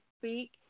speak